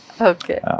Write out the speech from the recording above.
Okay